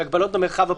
של הגבלות במרחב הפרטי,